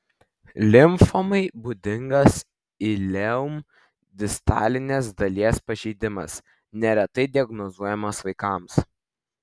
limfomai būdingas ileum distalinės dalies pažeidimas neretai diagnozuojamas vaikams